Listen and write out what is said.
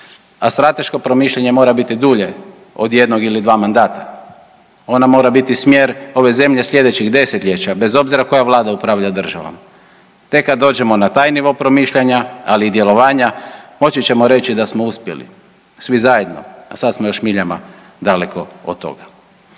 A strateško promišljanje mora biti dulje od jednog ili dva mandata, ona mora biti smjer ove zemlje sljedećih desetljeća bez obzira koja vlada upravlja državom. Tek kad dođemo na taj nivo promišljanja, ali i djelovanja, moći ćemo reći da smo uspjeli svi zajedno, a sad smo još miljama daleko od toga.